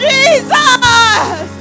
Jesus